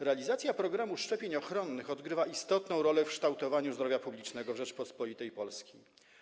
Realizacja programu szczepień ochronnych odgrywa istotną rolę w kształtowaniu zdrowia publicznego w Rzeczypospolitej Polskiej.